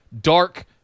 dark